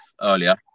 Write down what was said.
earlier